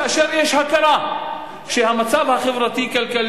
כאשר יש הכרה שהמצב החברתי-הכלכלי,